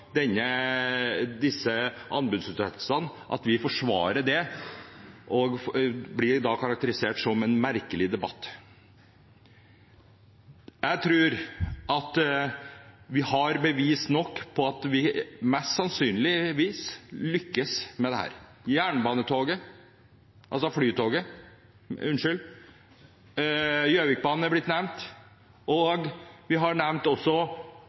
denne jernbanereformen og disse anbudsutsettelsene – at vi forsvarer det – og at det blir karakterisert som en merkelig debatt. Jeg tror vi har bevis nok for at vi mest sannsynlig lykkes med dette. Flytoget og Gjøvikbanen er blitt nevnt.